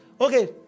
Okay